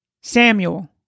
Samuel